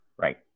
Right